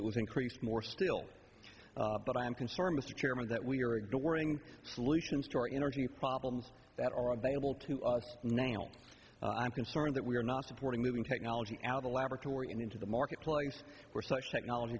it was priest more still but i'm concerned mr chairman that we are ignoring solutions to our energy problems that are available to us now i'm concerned that we are not supporting moving technology out a laboratory and into the marketplace where such technolog